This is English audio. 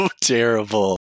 terrible